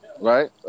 Right